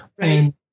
Right